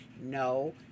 no